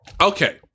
Okay